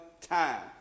time